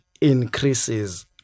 increases